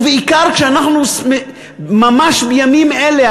ובעיקר כשאנחנו ממש בימים אלה,